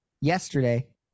yesterday